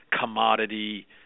commodity